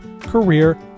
career